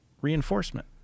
reinforcement